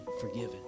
forgiven